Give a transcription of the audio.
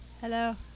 Hello